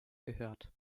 gehört